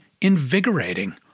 invigorating